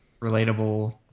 relatable